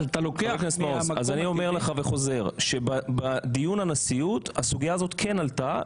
אז אני אומר לך וחוזר שבדיון בנשיאות הסוגיה הזאת כן עלתה,